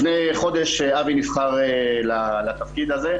לפני חודש אבי נבחר לתפקיד הזה,